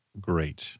great